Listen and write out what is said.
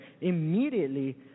immediately